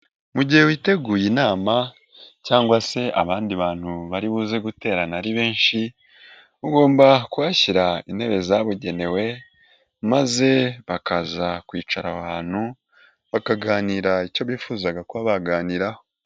Mu gihe witeguye inama cyangwa se abandi bantu bari buze guterana ari benshi, ugomba kuhashyira intebe zabugenewe maze bakaza kwicara aho hantu, bakaganira icyo bifuzaga kuba baganiraho.